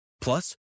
Plus